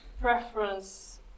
preference